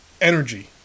energy